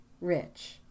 rich